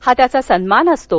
हा त्याचा सन्मान असतो